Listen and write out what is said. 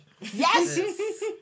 Yes